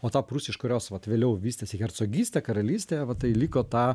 o tą prūsiją iš kurios vat vėliau vystėsi hercogystė karalystė va tai liko ta